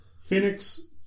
Phoenix